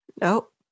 Nope